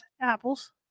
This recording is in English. apples